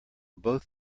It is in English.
both